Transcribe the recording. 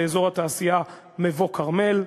באזור התעשייה מבוא-כרמל.